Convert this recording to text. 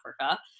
Africa